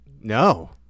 No